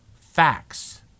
facts